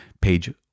page